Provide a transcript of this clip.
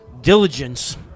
diligence